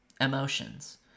Emotions